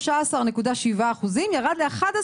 מ-13.7% ירד ל-11%,